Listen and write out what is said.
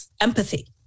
empathy